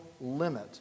limit